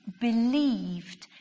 believed